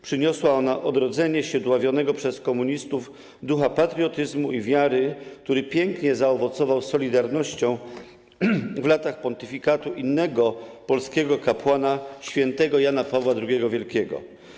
Przyniosła ona odrodzenie się dławionego przez komunistów ducha patriotyzmu i wiary, który pięknie zaowocował solidarnością w latach pontyfikatu innego polskiego kapłana, św. Jana Pawła II Wielkiego.